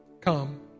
Come